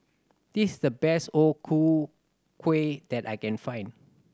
this is the best O Ku Kueh that I can find